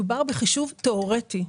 מדובר בחישוב תיאורטי.